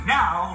now